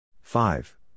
five